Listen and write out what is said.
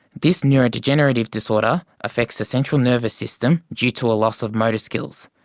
this neurodegenerative disorder affects the central nervous system due to a loss of motor skills,